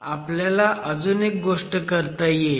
आपल्याला अजून एक गोष्ट करता येईल